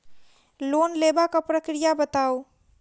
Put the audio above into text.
Loan लेबाक प्रक्रिया बताऊ?